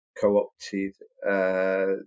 co-opted